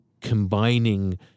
combining